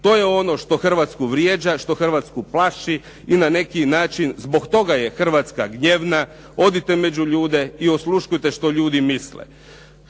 To je ono što Hrvatsku vrijeđa, što Hrvatsku plaši i na neki način zbog toga je Hrvatska gnjevna. Odite među ljude i osluškujte što ljudi misle.